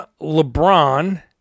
LeBron